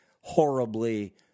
horribly